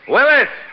Willis